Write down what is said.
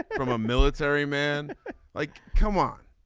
from a military man like come on.